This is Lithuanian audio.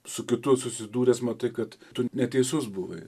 su kitu susidūręs matai kad tu neteisus buvai